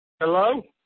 Hello